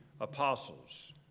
apostles